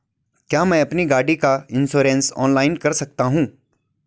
क्या मैं अपनी गाड़ी का इन्श्योरेंस ऑनलाइन कर सकता हूँ?